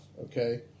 okay